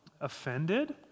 offended